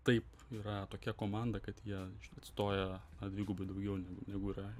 taip yra tokia komanda kad jie atstoja dvigubai daugiau negu negu yra